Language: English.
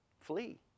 flee